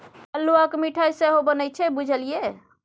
अल्हुआक मिठाई सेहो बनैत छै बुझल ये?